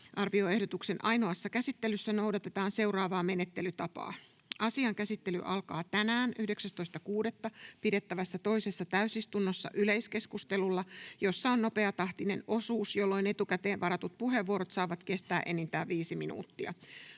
lisätalousarvioehdotuksen ainoassa käsittelyssä noudatetaan seuraavaa menettelytapaa: Asian käsittely alkaa tänään 19.6.2024 pidettävässä toisessa täysistunnossa yleiskeskustelulla, jossa on nopeatahtinen osuus, jolloin etukäteen varatut puheenvuorot saavat kestää enintään viisi minuuttia.